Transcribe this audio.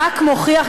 רק מוכיח,